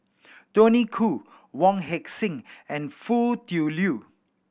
Tony Khoo Wong Heck Sing and Foo Tui Liew